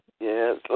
Yes